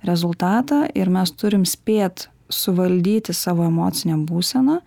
rezultatą ir mes turim spėt suvaldyti savo emocinę būseną